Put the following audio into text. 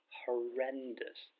horrendous